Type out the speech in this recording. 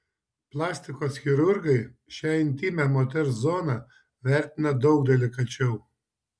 plastikos chirurgai šią intymią moters zoną vertina daug delikačiau